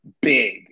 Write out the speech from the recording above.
big